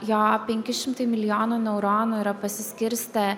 jo penki šimtai milijonų neuronų yra pasiskirstę